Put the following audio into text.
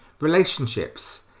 relationships